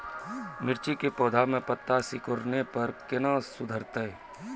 मिर्ची के पौघा मे पत्ता सिकुड़ने पर कैना सुधरतै?